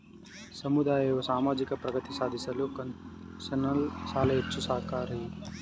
ಸಮುದಾಯವು ಸಾಮಾಜಿಕ ಪ್ರಗತಿ ಸಾಧಿಸಲು ಕನ್ಸೆಷನಲ್ ಸಾಲ ಹೆಚ್ಚು ಸಹಾಯಕಾರಿ